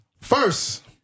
First